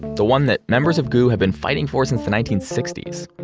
the one that members of goo! had been fighting for since the nineteen sixty s,